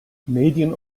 medien